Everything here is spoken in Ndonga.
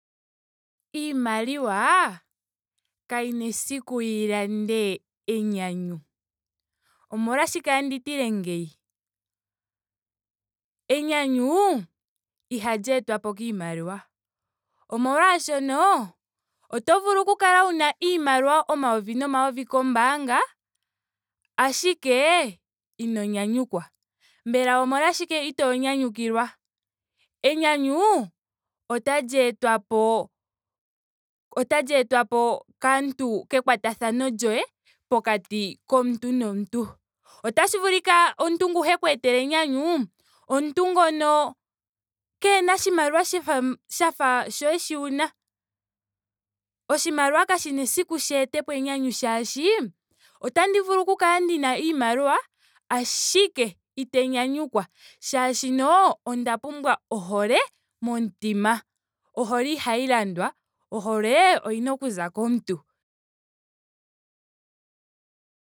Iimaliwa kayina esiku yi lande enyanyu. Omolwashike tandi tile ngeyi? Enyanyu ihali etwapo kiimaliwa. Omolwaashono. oto vulu oku kala wuna iimaliwa omayovi nomayovi kombaanga. ahike ino nyanyukwa. Mbele omolwashike itoo nyanyukilwa? Enyanyu otali etwa po- otali etwa po kaantu kekwatathano lyoye pokati komuntu nomuntu. Otashi vulika omuntu ngu he ku etele enyanyu omuntu ngono keena oshimaliwa sha fa- sha fa shoye shi wuna. Oshimaliwa kapena esiku shi etepo enyanyu shaashi otandi vulu oku kala ndina iimaliwa. ashike ite nyanyukwa. shaashino onda pumbwa ohole momutima. Ohole ihayi landwa. ohole oyina okuza komuntu.